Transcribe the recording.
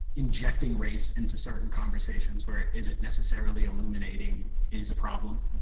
injecting race into certain conversations where it isn't necessarily illuminating is a problem,